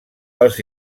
els